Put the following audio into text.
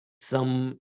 some-